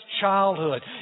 childhood